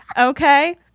Okay